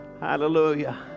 hallelujah